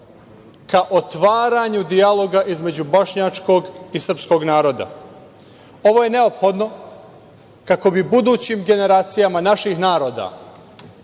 ka otvaranju dijaloga između bošnjačkog i srpskog naroda. Ovo je neophodno kako bi budućim generacijama naših naroda